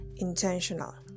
intentional